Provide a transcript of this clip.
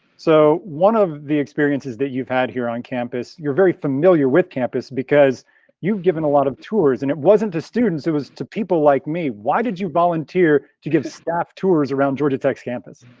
so one of the experiences that you've had here on campus, you're very familiar with campus because you've given a lot of tours and it wasn't a students, it was to people like me, why did you volunteer to give staff tours around georgia tech's campus?